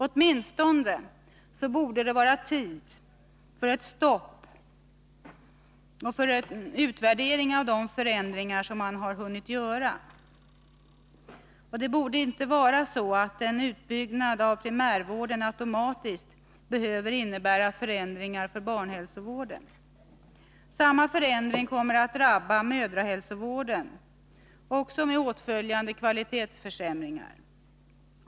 Det borde nu vara tid att åtminstone stanna vid de förändringar som redan hunnit göras och utvärdera dem. En utbyggnad av primärvården borde inte automatiskt behöva innebära förändringar i barnhälsovården. Samma förändring kommer att drabba mödrahälsovården, med åtföljande kvalitetsförsämringar.